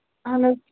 اَہَن حظ